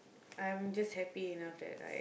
I'm just happy enough that like